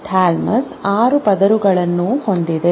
thalamus ಆರು ಪದರಗಳನ್ನು ಹೊಂದಿದೆ